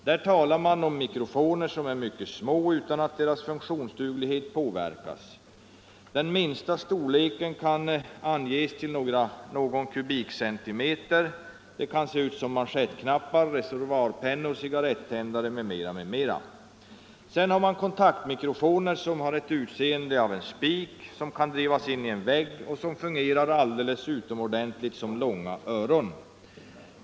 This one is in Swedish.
Där talas om mikrofoner som är mycket små utan att deras funktionsduglighet påverkas. Den minsta storleken kan anges till någon kubikcentimeter. De kan se ut som manschettknappar, reservoarpennor, cigarettändare m.m. Sedan finns kontaktmikrofoner som har ett utseende av en spik, kan drivas in i en vägg och fungerar alldeles utomordentligt som långa öron.